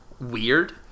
weird